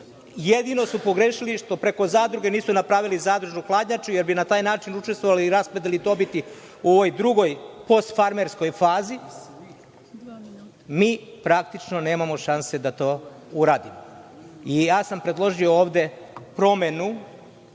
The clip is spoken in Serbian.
Jedino su pogrešili što preko zadruge nisu napravili zadružnu hladnjaču, jer bi na taj način učestvovali i u raspodeli dobiti u ovoj drugoj postfarmerskoj fazi. Mi praktično nemamo šansi da to uradimo. Predložio sam ovde promenu